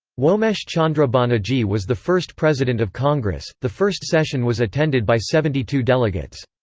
womesh chandra bonnerjee was the first president of congress the first session was attended by seventy two delegates.